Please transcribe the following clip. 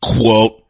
Quote